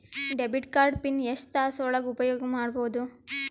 Debit card PIN ಎಷ್ಟ ತಾಸ ಒಳಗ ಉಪಯೋಗ ಮಾಡ್ಬಹುದು?